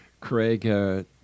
Craig